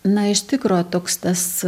na iš tikro toks tas